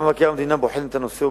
גם מבקר המדינה בוחן את הנושא,